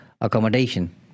accommodation